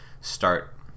start